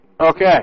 Okay